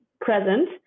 present